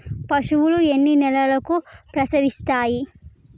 పశువులు ఎన్ని నెలలకు ప్రసవిస్తాయి?